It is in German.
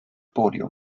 podium